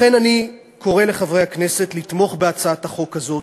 לכן אני קורא לחברי הכנסת לתמוך בהצעת החוק הזאת,